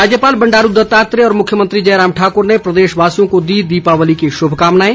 राज्यपाल बंडारू दत्तात्रेय और मुख्यमंत्री जयराम ठाकुर ने प्रदेशवासियों को दी दीपावली की शुभकामनाएं